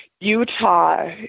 Utah